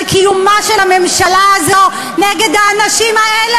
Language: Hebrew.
על קיומה של הממשלה הזו נגד "האנשים האלה",